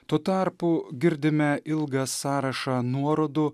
tuo tarpu girdime ilgą sąrašą nuorodų